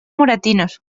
moratinos